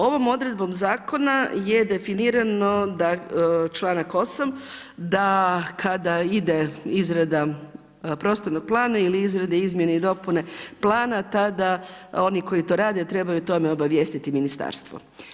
Ovom odredbom zakona je definirano članak 8. da kada ide izrada prostornog plana ili izrada izmjene i dopune plana tada oni koji to rade trebaju o tome obavijestiti ministarstvo.